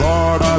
Lord